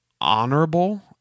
honorable